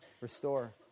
restore